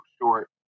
short